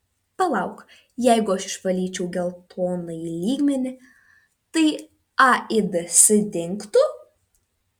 palauk jeigu aš išvalyčiau geltonąjį lygmenį tai aids dingtų